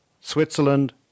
switzerland